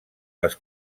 les